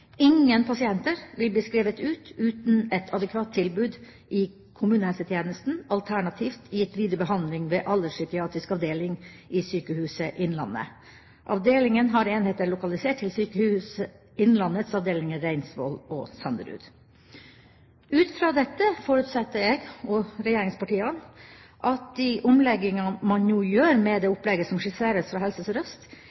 pasienter vil bli skrevet ut uten et adekvat tilbud i kommunehelsetjenesten, alternativt gitt videre behandling ved Alderspsykiatrisk avdeling i Sykehuset Innlandet. Avdelingen har enheter lokalisert til SI Reinsvoll og SI Sanderud.» Ut fra dette forutsetter jeg og regjeringspartiene at de omlegginger man nå gjør med det